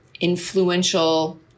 influential